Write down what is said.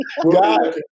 God